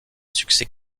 succès